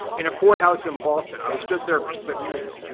in a courthouse in boston i was just there for six weeks.